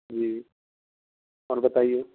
جی اور بتائیے